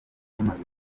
bamaze